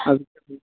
ಅದು